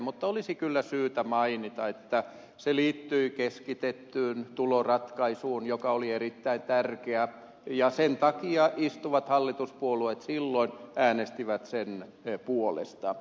mutta olisi kyllä syytä mainita että se liittyi keskitettyyn tuloratkaisuun joka oli erittäin tärkeä ja sen takia istuvat hallituspuolueet silloin äänestivät sen puolesta